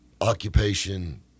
occupation